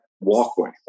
walkway